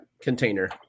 container